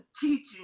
teaching